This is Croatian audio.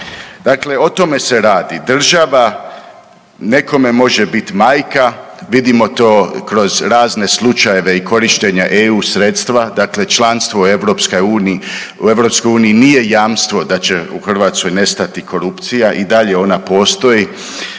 Dakle, o tome se radi, država nekome može biti majka, vidimo to kroz razne slučajeve i korištenja eu sredstva, dakle članstvo u EU nije jamstvo da će u Hrvatskoj nestati korupcija i dalje ona postoji